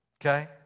okay